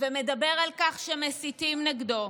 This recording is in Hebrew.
ומדבר על כך שמסיתים נגדו.